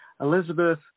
Elizabeth